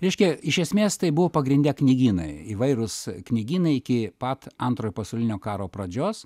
reiškia iš esmės tai buvo pagrinde knygynai įvairūs knygynai iki pat antrojo pasaulinio karo pradžios